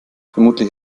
vermutlich